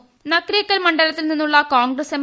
് നക്രേക്കൽ മണ്ഡലത്തിൽ നിന്നുള്ള കോൺഗ്രസ് എം